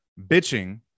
bitching